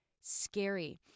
scary